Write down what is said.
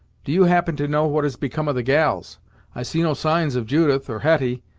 do you happen to know what has become of the gals i see no signs of judith, or hetty,